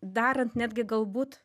darant netgi galbūt